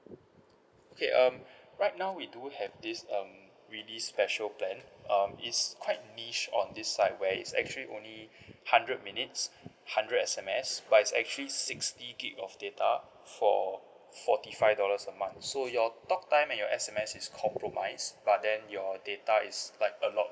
okay um right now we do have this um really special plan um is quite niche on this side where it's actually only hundred minutes hundred S_M_S but it's actually sixty gig of data for forty five dollars a month so your talk time your S_M_S it's compromise but then your data is like a lot